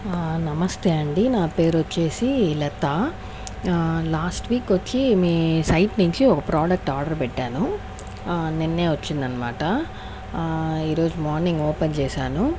నమస్తే అండి నా పేరు వచ్చేసి లతా లాస్ట్ వీక్ వచ్చి మీ సైట్ నుంచి ఒక ప్రోడక్ట్ ఆర్డర్ పెట్టాను నిన్నే వచ్చిందన్నమాట ఈరోజు మార్నింగ్ ఓపెన్ చేశాను